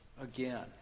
again